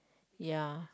ya